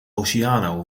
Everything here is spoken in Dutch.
oceaan